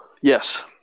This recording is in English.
Yes